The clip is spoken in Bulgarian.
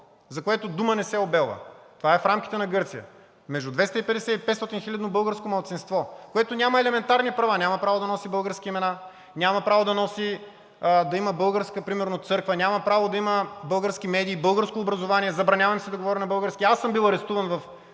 за което дума не се обелва – това е в рамките на Гърция. Между 250- и 500-хилядното българско малцинство няма елементарни права – няма право да носи български имена, няма право примерно да има българска църква, няма право да има български медии, българско образование, забранява им се да говорят на български. Аз съм бил арестуван в